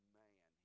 man